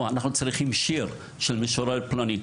אנחנו צריכים שיר של משורר פלוני.